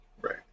Right